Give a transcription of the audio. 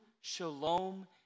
shalom